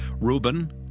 Reuben